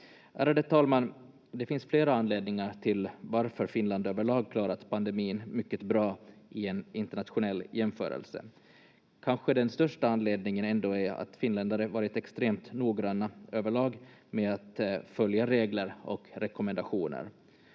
Ärade talman! Det finns flera anledningar till varför Finland överlag klarat pandemin mycket bra i en internationell jämförelse. Kanske den största anledningen ändå är att finländare varit extremt noggranna överlag med att följa regler och rekommendationer.